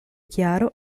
chiaro